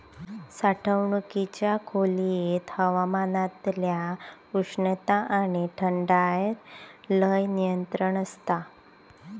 साठवणुकीच्या खोलयेत हवामानातल्या उष्णता आणि थंडायर लय नियंत्रण आसता